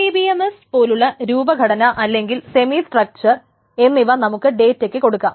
RDBMS പോലുള്ള രൂപഘടന അല്ലെങ്കിൽ സെമി സ്ട്രക്ചർ എന്നിവ നമ്മൾക്ക് ഡേറ്റക്ക് കൊടുക്കാം